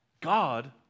God